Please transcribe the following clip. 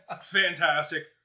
Fantastic